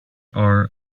are